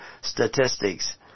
statistics